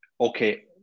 okay